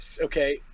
Okay